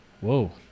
whoa